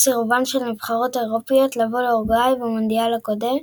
סירובן של הנבחרות האירופיות לבוא לאורוגוואי במונדיאל הקודם,